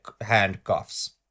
handcuffs